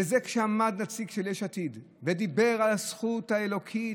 וזה כשעמד נציג של יש עתיד ודיבר על הזכות האלוקית,